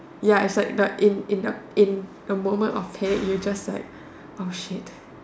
ya it's like the in in in the moment of panic you just like oh shit